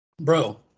Bro